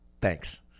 thanks